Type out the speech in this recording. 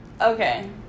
okay